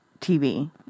TV